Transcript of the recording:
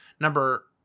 number